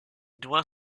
doit